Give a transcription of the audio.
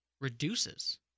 reduces